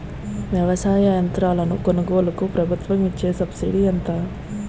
వ్యవసాయ యంత్రాలను కొనుగోలుకు ప్రభుత్వం ఇచ్చే సబ్సిడీ ఎంత?